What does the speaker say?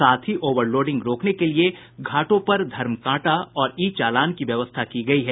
साथ ही overloading रोकने के लिये घाटों पर धर्मकांटा और ई चालान की व्यवस्था की गयी है